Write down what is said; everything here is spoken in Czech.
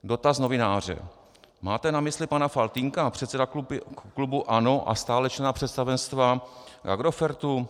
Dotaz novináře: Máte na mysli pana Faltýnka, předsedu klubu ANO a stále člena představenstva Agrofertu.